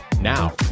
Now